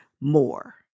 more